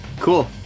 Cool